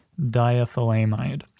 diethylamide